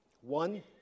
One